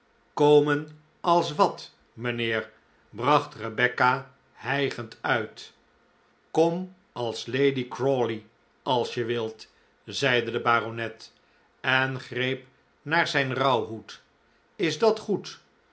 komen als wat mijnheer bracht rebecca hijgend uit kom als lady crawley als je wilt zeide de baronet en greep naar zijn rouwhoed is dat goed